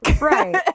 right